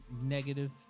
negative